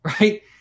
right